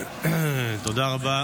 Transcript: אדוני.